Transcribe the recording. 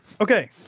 Okay